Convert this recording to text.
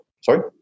Sorry